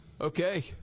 okay